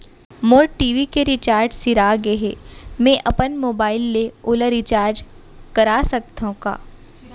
मोर TV के recharge सिरा गे हे, मैं अपन मोबाइल ले ओला रिचार्ज करा सकथव का?